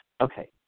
Okay